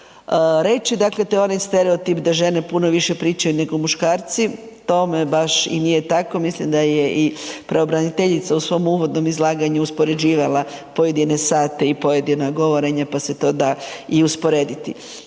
reći. Dakle, to je onaj stereotip da žene puno više pričaju nego muškarci tome baš i nije tako. Mislim da je i pravobraniteljica u svom uvodnom izlaganju uspoređivala pojedine sate i pojedina govorenja pa se to da i usporediti.